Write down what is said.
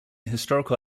historical